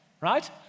right